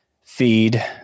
feed